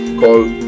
called